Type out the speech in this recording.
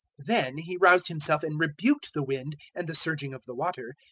then he roused himself and rebuked the wind and the surging of the water,